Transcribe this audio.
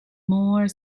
more